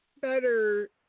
better